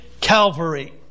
Calvary